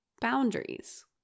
boundaries